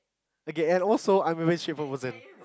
okay and also I'm a very straight forward person